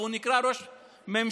והוא נקרא ראש ממשלה,